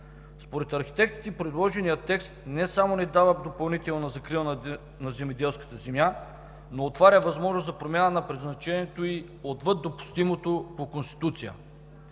Според архитектите предложеният текст не само не дава допълнителна закрила на земеделската земя, но отваря възможност за промяна на предназначението ѝ отвъд допустимото по Конституция.